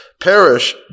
perish